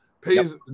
pays